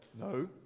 No